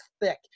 thick